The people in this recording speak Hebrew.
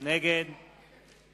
נגד